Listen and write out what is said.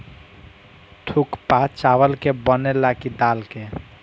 थुक्पा चावल के बनेला की दाल के?